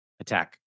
Attack